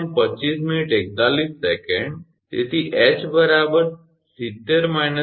તેથી ℎ 70 − 30 40 𝑚